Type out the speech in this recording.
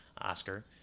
Oscar